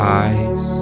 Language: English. eyes